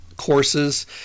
courses